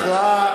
המונח הכרעה,